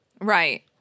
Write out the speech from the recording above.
Right